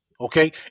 Okay